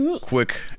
Quick